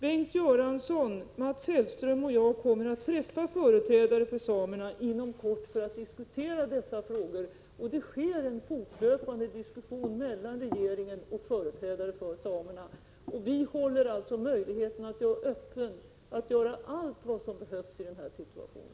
Bengt Göransson, Mats Hellström och jag kommer att träffa företrädare för samerna inom kort för att diskutera dessa frågor, och det sker en fortlöpande diskussion mellan regeringen och företrädare för samerna. Vi håller alltså alla möjligheter öppna och gör allt vad som behövs i den här situationen.